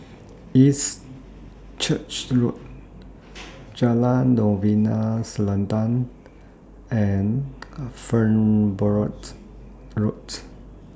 East Church Road Jalan Novena Selatan and Farnborough Road